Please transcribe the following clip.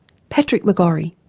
patrick mcgorry.